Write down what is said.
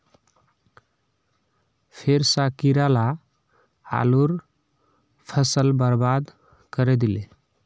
फेर स कीरा ला आलूर फसल बर्बाद करे दिले